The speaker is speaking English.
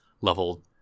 level